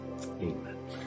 Amen